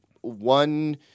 one